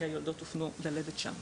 כי היולדות הופנו ללדת שם.